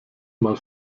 mal